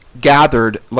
gathered